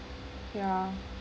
yeah